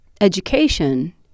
education